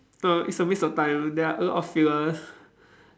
ah it's a waste of time there are a lot of fillers